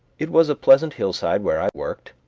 it was a pleasant hillside where i worked,